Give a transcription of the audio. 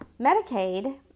Medicaid